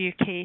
UK